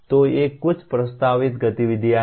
तो ये कुछ प्रस्तावित गतिविधियाँ हैं